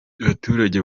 baturage